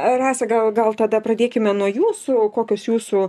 rasa gal gal tada pradėkime nuo jūsų kokios jūsų